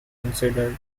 considered